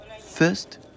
First